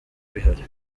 bihari